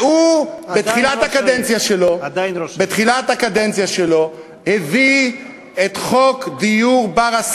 והוא בתחילת הקדנציה שלו, עדיין ראש